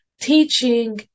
teaching